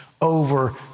over